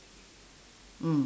mm